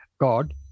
god